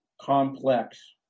complex